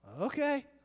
Okay